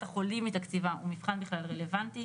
החולים מתקציבה הוא בכלל מבחן רלוונטי?